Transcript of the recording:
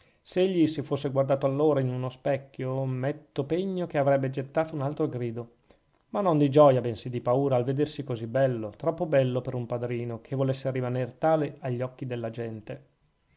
egli si fosse guardato allora in uno specchio metto pegno che avrebbe gettato un altro grido ma non di gioia bensì di paura al vedersi così bello troppo bello per un padrino che volesse rimaner tale agli occhi della gente